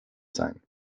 sein